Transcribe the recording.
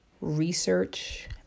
research